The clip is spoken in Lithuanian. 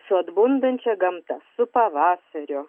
su atbundančia gamta su pavasario